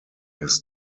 his